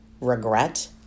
regret